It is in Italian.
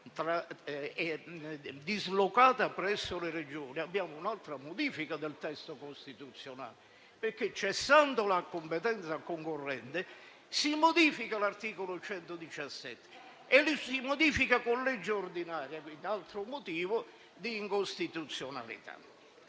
e dislocata presso le Regioni, abbiamo un'altra modifica del testo costituzionale. Cessando la competenza concorrente, si modifica l'articolo 117, e lo si modifica con legge ordinaria. Questo è un altro motivo di incostituzionalità.